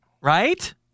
right